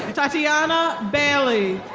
tattiana bailey.